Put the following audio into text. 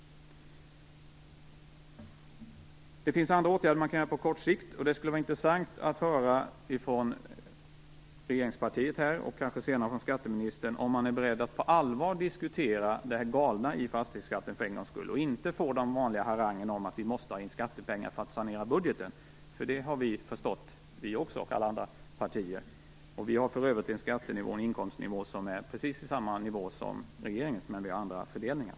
Det finns andra åtgärder man kan vidta på kort sikt. Det skulle vara intressant att höra från regeringspartiet, och kanske senare från skatteministern, om man är beredd att för en gångs skull på allvar diskutera det galna i fastighetsskatten utan att vi får de vanliga harangerna i halsen om att man måste ha in skattepengar för att sanera budgeten. Detta har vi och alla andra partier också förstått. Vi har för övrigt en skattenivå och en inkomstnivå som är precis densamma som regeringens, men vi har andra fördelningar.